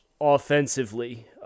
offensively